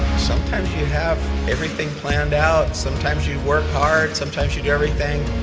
sometimes you have everything planned out, sometimes you work hard, sometimes you do everything,